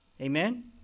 Amen